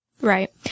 Right